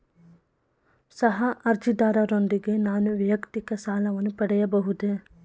ಸಹ ಅರ್ಜಿದಾರರೊಂದಿಗೆ ನಾನು ವೈಯಕ್ತಿಕ ಸಾಲವನ್ನು ಪಡೆಯಬಹುದೇ?